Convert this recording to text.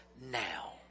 now